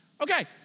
Okay